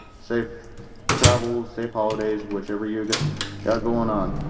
safe travels, safe holidays, whichever you've got going on.